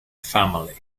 family